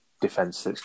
defence